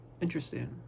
interesting